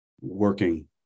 working